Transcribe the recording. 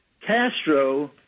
Castro